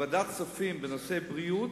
מה שהתנגדתי בוועדת הכספים בנושא בריאות,